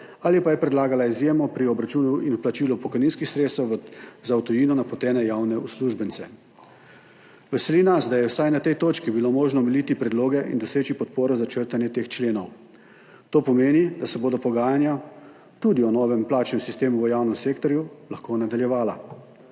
ali pa je predlagala izjemo pri obračunu in vplačilu pokojninskih sredstev za v tujino napotene javne uslužbence. Veseli nas, da je bilo vsaj na tej točki možno omiliti predloge in doseči podporo za črtanje teh členov. To pomeni, da se bodo pogajanja tudi o novem plačnem sistemu v javnem sektorju lahko nadaljevala,